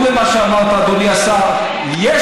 מה זה השטויות האלה?